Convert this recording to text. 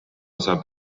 saab